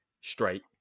straight